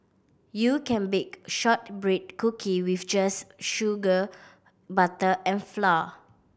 you can bake shortbread cookie just with sugar butter and flour